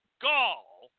gall